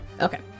Okay